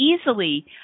easily